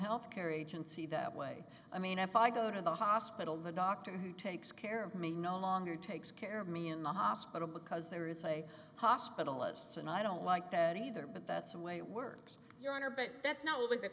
health care agency that way i mean if i go to the hospital the doctor who takes care of me no longer takes care of me in the hospital because there is a hospitalist and i don't like that either but that's the way it works your honor but that's not w